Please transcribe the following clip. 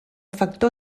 factor